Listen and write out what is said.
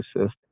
assist